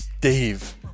Dave